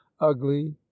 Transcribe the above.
ugly